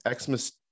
Xmas